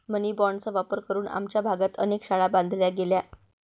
मनी बाँडचा वापर करून आमच्या भागात अनेक शाळा बांधल्या गेल्या